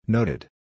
Noted